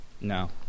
No